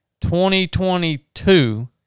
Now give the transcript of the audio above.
2022